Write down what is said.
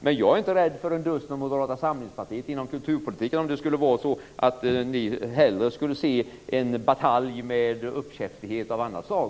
Men jag är inte rädd för en dust med Moderata samlingspartiet inom kulturpolitiken om det skulle vara så att ni hellre skulle se en batalj med uppkäftighet av annat slag.